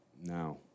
now